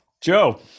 Joe